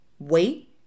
wait